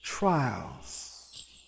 Trials